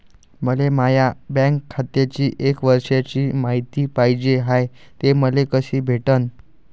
मले माया बँक खात्याची एक वर्षाची मायती पाहिजे हाय, ते मले कसी भेटनं?